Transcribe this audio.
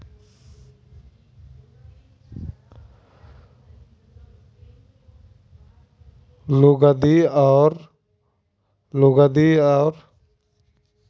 लुगदी आर कागज उद्योगेर गाछ कटवार तने आलोचना कराल गेल छेक